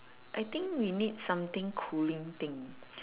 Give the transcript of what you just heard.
I think we need something cooling thing